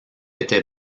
était